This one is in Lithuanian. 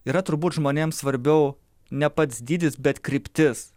yra turbūt žmonėm svarbiau ne pats dydis bet kryptis